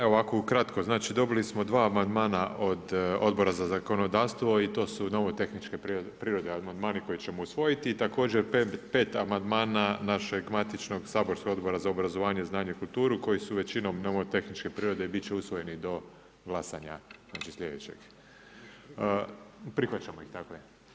Evo ukratko, znači dobili smo dva amandmana od Odbora za zakonodavstvo i to su nomotehničke prirode, amandmani koje ćemo usvojiti i također pet amandmana našeg matičnog saborskog Odbora za obrazovanje, znanost i kulturu koji su većinom nomotehničke prirode i bit će usvojeni do glasanja sljedećeg, prihvaćamo ih dakle.